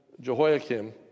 Jehoiakim